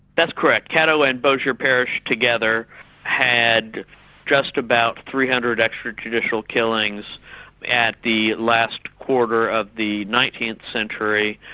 that's correct, caddo and bossier parish together had just about three hundred extrajudicial killings at the last quarter of the nineteenth century,